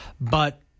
but-